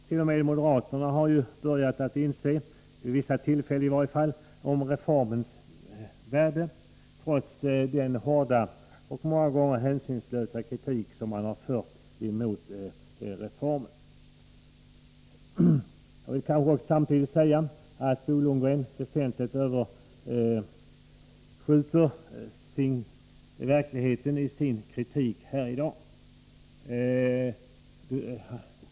T. o. m. moderaterna har ju börjat inse — vid vissa tillfällen i varje fall — reformens värde, trots den hårda och många gånger hänsynslösa kritik man har framfört mot reformen. Jag vill samtidigt säga att Bo Lundgrens kritik här i dag skjuter över målet.